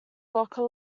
locker